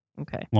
Okay